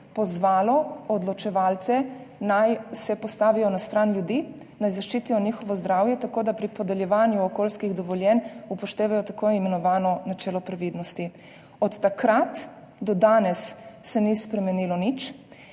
pozvalo odločevalce, naj se postavijo na stran ljudi, naj zaščitijo njihovo zdravje tako, da pri podeljevanju okoljskih dovoljenj upoštevajo tako imenovano načelo previdnosti. Od takrat do danes se ni spremenilo nič.